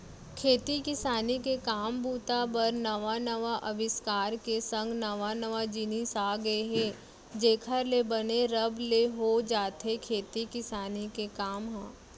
खेती किसानी के काम बूता बर नवा नवा अबिस्कार के संग नवा नवा जिनिस आ गय हे जेखर ले बने रब ले हो जाथे खेती किसानी के काम ह